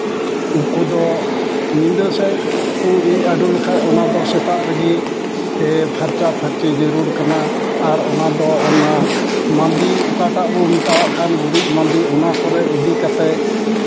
ᱩᱱᱠᱩ ᱫᱚ ᱧᱤᱫᱟᱹ ᱥᱮᱫ ᱠᱚ ᱤᱡ ᱟᱰᱚ ᱞᱮᱠᱷᱟᱡ ᱚᱱᱟᱫᱚ ᱥᱮᱛᱟᱜ ᱨᱮᱜᱮ ᱡᱮ ᱯᱷᱟᱨᱪᱟᱼᱯᱷᱟᱨᱪᱟ ᱡᱟᱹᱨᱩᱲ ᱠᱟᱱᱟ ᱟᱨ ᱚᱱᱟᱫᱚ ᱢᱟᱸᱫᱮ ᱚᱠᱟᱴᱟᱜ ᱵᱚᱱ ᱢᱮᱛᱟᱣᱟᱜ ᱠᱟᱱ ᱜᱩᱨᱤᱡ ᱢᱟᱸᱫᱮ ᱚᱱᱟ ᱠᱚᱨᱮᱜ ᱤᱫᱤ ᱠᱟᱛᱮ